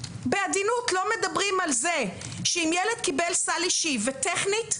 בעדינות לא מדברים על זה שאם ילד קיבל סל אישי וטכנית,